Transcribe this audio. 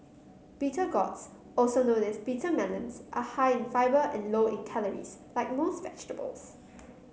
bitter gourds also known as bitter melons are high in fibre and low in calories like most vegetables